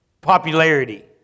popularity